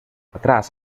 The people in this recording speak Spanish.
atrás